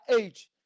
age